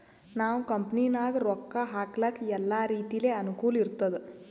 ನಾವ್ ಕಂಪನಿನಾಗ್ ರೊಕ್ಕಾ ಹಾಕ್ಲಕ್ ಎಲ್ಲಾ ರೀತಿಲೆ ಅನುಕೂಲ್ ಇರ್ತುದ್